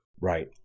Right